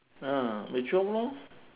ah there's twelve lor